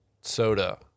soda